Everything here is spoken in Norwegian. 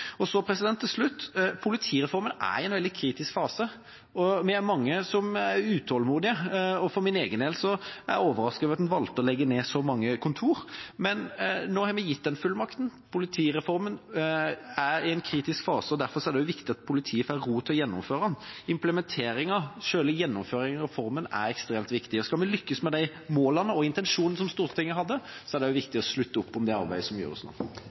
ned så mange kontor. Men nå har vi gitt den fullmakten. Politireformen er i en kritisk fase, og derfor er det også viktig at politiet får ro til å gjennomføre den. Implementeringen, selve gjennomføringen av reformen, er ekstremt viktig, og skal vi lykkes med de målene og den intensjonen som Stortinget hadde, er det også viktig å slutte opp om det arbeidet som gjøres nå.